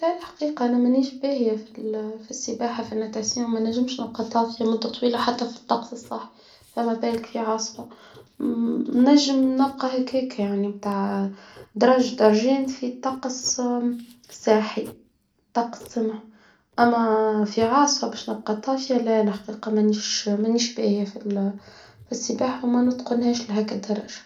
لا، الحقيقة أنا منيش باهية في الفي السباحة في النتاسيون، ما نجمش نلقطها في مدة طويلة، حتى في الطقس الصح، فما بالك في عاصفة مم نجم، نبقى هيك، يعني متاع درج درجين في الطقس م ساحي طقس م، أما في عاصفة بش نلقى طاش، يا الحقيقة ما نيش- ما نيش باية في الفي السباحة، ما نتقنهاش لهاك الدرجة.